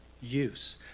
Use